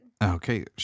Okay